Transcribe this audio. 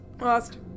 Lost